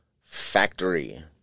factory